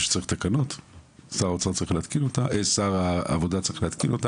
צריך את שר העבודה שיחתום,